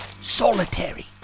solitary